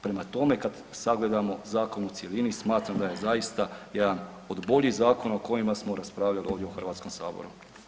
Prema tome, kad sagledamo zakon u cjelini, smatram da je zaista jedan od boljih zakona o kojima smo raspravljali ovdje u Hrvatskom saboru.